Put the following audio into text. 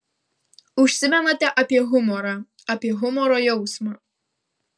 užsimenate apie humorą apie humoro jausmą